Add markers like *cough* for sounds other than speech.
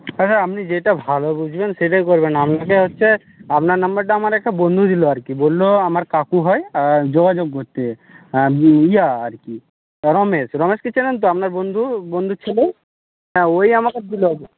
হ্যাঁ আপনি যেটা ভালো বুঝবেন সেটাই করবেন আপনাকে হচ্ছে আপনার নাম্বারটা আমার একটা বন্ধু দিল আর কি বলল আমার কাকু হয় আর যোগাযোগ করতে *unintelligible* ইয়া আর কি রমেশ রমেশকে চেনেন তো আপনার বন্ধু বন্ধুর ছেলে হ্যাঁ ওই আমাকে দিল